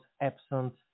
absent